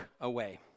away